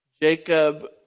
Jacob